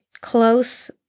close